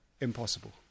impossible